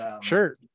sure